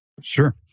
Sure